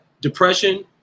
depression